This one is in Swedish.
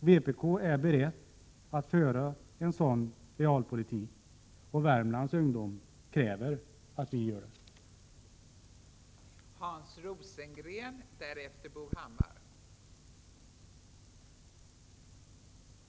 Vpk är berett att föra en sådan realpolitik — och Värmlands ungdom kräver att vi gör det.